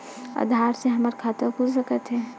आधार से हमर खाता खुल सकत हे?